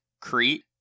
Crete